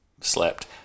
slept